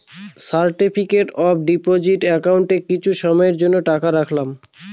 certificate of deposit একাউন্টে কিছু সময়ের জন্য টাকা রাখলাম